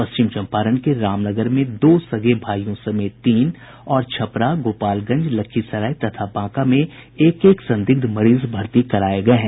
पश्चिम चम्पारण के रामनगर में दो सगे भाईयों समेत तीन और छपरा गोपालगंज लखीसराय तथा बांका में एक एक संदिग्ध मरीज भर्ती कराये गये हैं